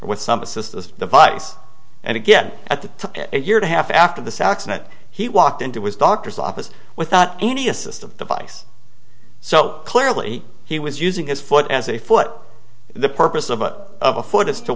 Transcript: with some assistance device and again at the a year to half after this accident he walked into his doctor's office without any assistance device so clearly he was using his foot as a foot the purpose of a of a foot is to